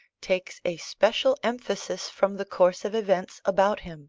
takes a special emphasis from the course of events about him